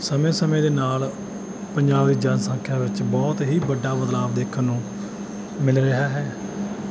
ਸਮੇਂ ਸਮੇਂ ਦੇ ਨਾਲ ਪੰਜਾਬ ਦੀ ਜਨਸੰਖਿਆ ਵਿੱਚ ਬਹੁਤ ਹੀ ਵੱਡਾ ਬਦਲਾਵ ਦੇਖਣ ਨੂੰ ਮਿਲ ਰਿਹਾ ਹੈ